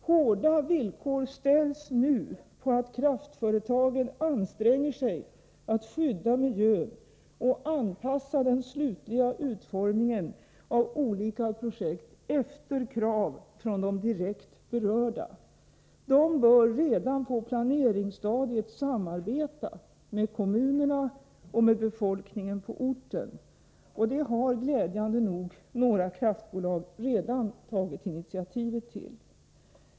Hårda villkor ställs nu på att kraftföretagen anstränger sig att skydda miljön och anpassa den slutliga utformningen av olika projekt efter krav från de direkt berörda. De bör redan på planeringsstadiet samarbeta med kommunerna och befolkningen på orten. Det har glädjande nog några kraftbolag redan tagit initiativet till.